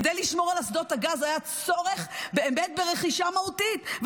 כדי לשמור על אסדות הגז היה צורך באמת ברכישה מהותית.